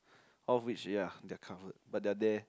all of which ya they are covered but they are there